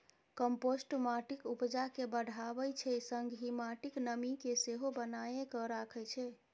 compost माटिक उपजा केँ बढ़ाबै छै संगहि माटिक नमी केँ सेहो बनाए कए राखै छै